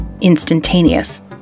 instantaneous